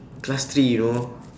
class three you know